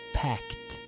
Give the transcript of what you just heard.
packed